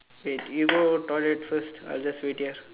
okay you go toilet first I'll wait here